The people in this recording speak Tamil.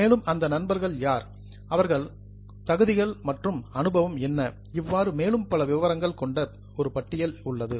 மேலும் இந்த நபர்கள் யார் அவர்களின் குவாலிஃபிகேஷன்ஸ் தகுதிகள் மற்றும் எக்பெரியன்ஸ் அனுபவம் என்ன இவ்வாறு மேலும் பல விவரங்கள் கொண்ட ஒரு பட்டியல் உள்ளது